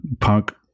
Punk